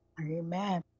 Amen